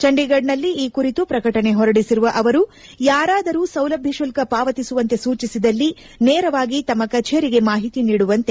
ಚಂಡೀಗಢನಲ್ಲಿ ಈ ಕುರಿತು ಪ್ರಕಟಣೆ ಹೊರಡಿಸಿರುವ ಅವರು ಯಾರಾದರೂ ಸೌಲಭ್ಞ ಶುಲ್ತ ಪಾವತಿಸುವಂತೆ ಸೂಚಿಸಿದಲ್ಲಿ ನೇರವಾಗಿ ತಮ್ನ ಕಚೇರಿಗೆ ಮಾಹಿತಿ ನೀಡುವಂತೆ ಹೇಳಿದ್ದಾರೆ